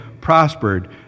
prospered